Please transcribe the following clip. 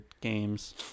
games